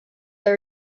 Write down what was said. they